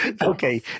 Okay